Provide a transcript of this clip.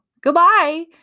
Goodbye